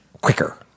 quicker